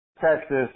Texas